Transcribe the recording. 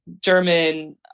German